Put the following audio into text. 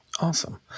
Awesome